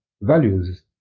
values